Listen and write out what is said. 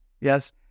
Yes